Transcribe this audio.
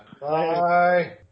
Bye